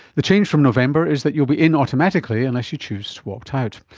the change from november is that you'll be in automatically unless you choose to opt out.